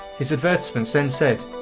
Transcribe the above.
his advertisements then said,